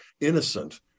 innocent